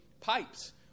pipes